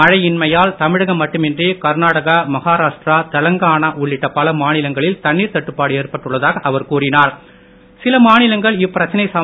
மழையின்மையால் தமிழகம் மட்டுமின்றி கர்நாடகா மகாராஷ்டிரா தெலுங்கானா உள்ளிட்ட மாநிலங்களில் தண்ணீர் தட்டுப்பாடு ஏற்பட்டுள்ளதாக அவர் பல மாநிலங்கள் இப்பிரச்சனையை சில கூறினார்